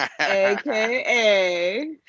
AKA